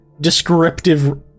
descriptive